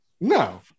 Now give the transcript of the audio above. No